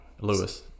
Lewis